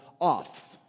off